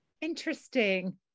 Interesting